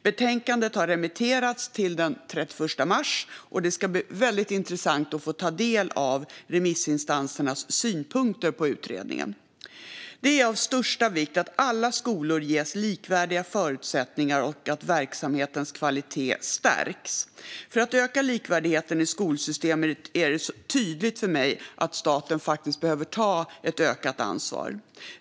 Betänkandet har remitterats till den 31 mars, och det ska bli väldigt intressant att få ta del av remissinstansernas synpunkter på utredningen. Det är av största vikt att alla skolor ges likvärdiga förutsättningar och att verksamhetens kvalitet stärks. För att öka likvärdigheten i skolsystemet är det tydligt för mig att staten faktiskt behöver ta ett ökat ansvar.